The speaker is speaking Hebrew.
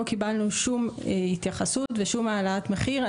קיבלנו שום התייחסות ושום העלאת מחיר.